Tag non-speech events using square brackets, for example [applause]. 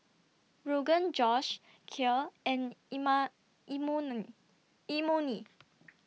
Rogan Josh Kheer and [unintelligible] Imoni [noise]